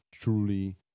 truly